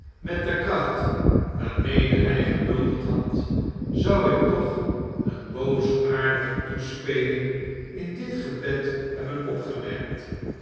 met de kracht waarmede hy gebulderd had zou ik toch een boosaardige toespeling in dit gebed hebben opgemerkt